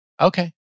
Okay